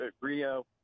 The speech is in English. Rio